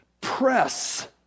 press